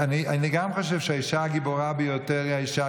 גם אני חושב שהאישה הגיבורה ביותר היא האישה